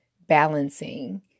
balancing